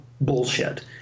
bullshit